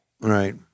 Right